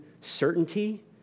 certainty